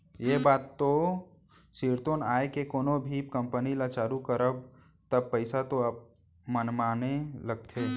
ये बात ह तो सिरतोन आय के कोनो भी कंपनी ल चालू करब म पइसा तो मनमाने लगथे